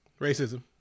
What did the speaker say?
Racism